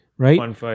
Right